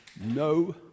No